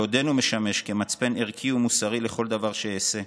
ועודנו משמש כמצפן ערכי ומוסרי לכל דבר שאעשה,